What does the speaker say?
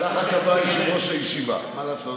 ככה קבע יושב-ראש הישיבה, מה לעשות?